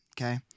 okay